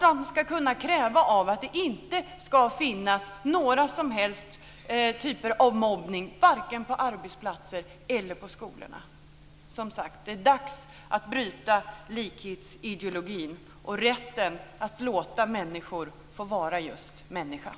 Man ska kunna kräva att det inte finns några som helst typer av mobbning, varken på arbetsplatser eller i skolorna. Som sagt. Det är dags att bryta likhetsideologin och införa rätten för människor att vara just människor.